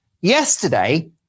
Yesterday